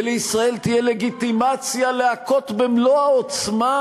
ולישראל תהיה לגיטימציה להכות במלוא העוצמה